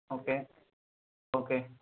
okay okay